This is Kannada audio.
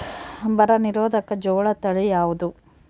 ಬರ ನಿರೋಧಕ ಜೋಳ ತಳಿ ಯಾವುದು?